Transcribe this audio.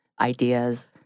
ideas